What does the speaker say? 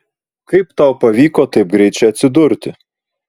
kaip tau pavyko taip greit čia atsidurti